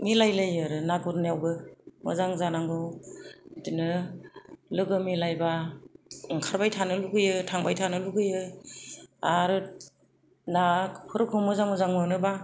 मिलायलायो आरो ना गुरनायावबो मोजां जानांगौ बिदिनो लोगो मिलायबा ओंखारबाय थानो लुबैयो थांबाय थानो लुबैयो आरो नाफोरखौ मोजां मोजां मोनोब्ला